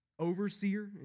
overseer